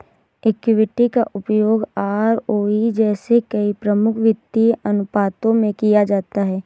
equity का उपयोग ROE जैसे कई प्रमुख वित्तीय अनुपातों में किया जाता है